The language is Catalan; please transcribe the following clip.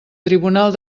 tribunal